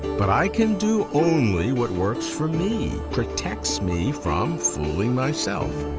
but i can do only what works for me, protects me from fooling myself.